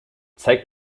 zeig